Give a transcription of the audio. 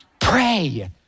Pray